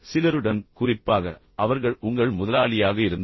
சிலருடன் குறிப்பாக அவர்கள் உங்கள் முதலாளியாக இருந்தால்